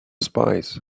spies